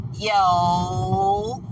Yo